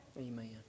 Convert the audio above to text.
Amen